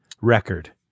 record